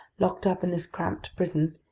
locked up in this cramped prison,